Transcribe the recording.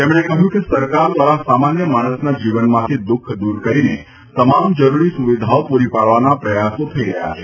તેમણે કહ્યું કે સરકાર દ્વારા સામાન્ય માણસના જીવનમાંથી દુઃખ દૂર કરીને તમામ જરૂરી સુવિધાઓ પૂરી પાડવાના પ્રયત્નો થઈ રહ્યા છે